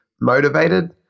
motivated